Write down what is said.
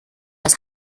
das